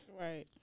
Right